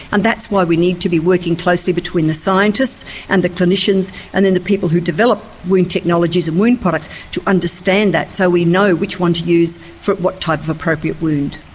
and that's why we need to be working closely between the scientists and the clinicians and then the people who develop wound technologies and wound products to understand that, so we know which one to use for what type of appropriate wound.